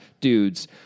dudes